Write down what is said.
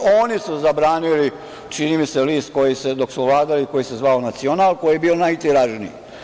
Oni su zabranili, čini mi se, list koji se, dok su vladali, koji se zvao „Nacional“ koji je bio najtiražniji.